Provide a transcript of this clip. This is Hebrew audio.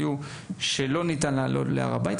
היו שלא ניתן לעלות להר הבית,